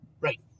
Right